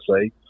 say